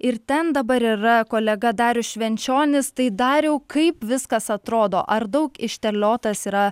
ir ten dabar yra kolega darius švenčionis tai dariau kaip viskas atrodo ar daug išterliotas yra